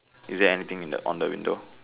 is there anything in the on the window